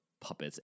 puppets